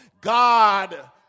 God